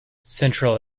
central